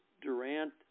Durant